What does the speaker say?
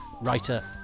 writer